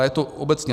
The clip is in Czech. Je to obecně.